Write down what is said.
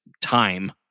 time